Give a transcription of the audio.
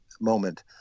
moment